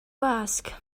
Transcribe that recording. ask